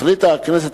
החליטה הכנסת,